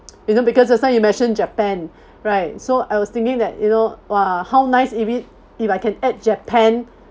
you know because just now you mentioned japan right so I was thinking that you know !wah! how nice if it if I can add japan